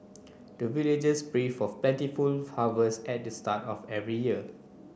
the villagers pray for plentiful harvest at the start of every year